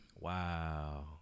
Wow